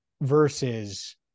versus